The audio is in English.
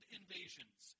invasions